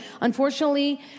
unfortunately